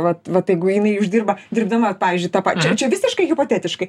vat vat jeigu jinai uždirba dirbdama vat pavyzdžiui tą pačią čia visiškai hipotetiškai